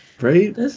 Right